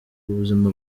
buzima